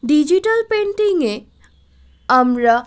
digital পেন্টিংয়ে আমরা